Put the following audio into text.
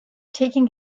taking